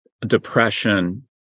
depression